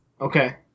Okay